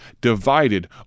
Divided